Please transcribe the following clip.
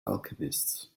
alchemists